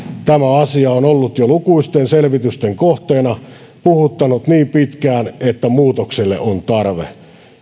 tämä asia on ollut jo lukuisten selvitysten kohteena puhuttanut niin pitkään että muutokselle on tarve